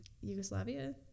Yugoslavia